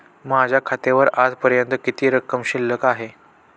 माझ्या खात्यावर आजपर्यंत किती रक्कम शिल्लक आहे?